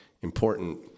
important